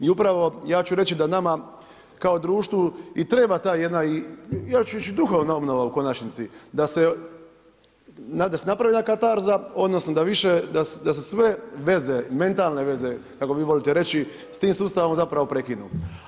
I upravo, ja ću reći da nama kao društvu i treba ta jedna, ja ću reći duhovna obnova u konačnici da se napravi jedna katarza, odnosno da više, da se sve veze, mentalne veze kako vi volite reći, s tim sustavom zapravo prekinu.